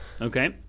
Okay